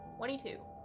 22